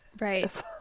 Right